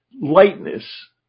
lightness